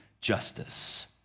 justice